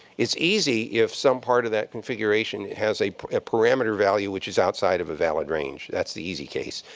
it's easy if some part of that configuration has a parameter value which is outside of a valid range. that's the easy case.